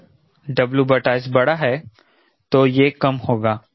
अगर WS बड़ा है तो यह कम होगा